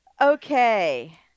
Okay